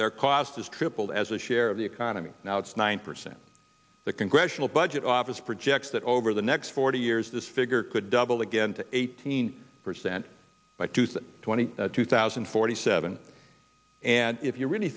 their cost is tripled as a share of the economy now it's nine percent the congressional budget office projects that over the next forty years this figure could double again to eighteen percent by two thousand and twenty two thousand and forty seven and if you really